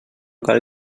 cal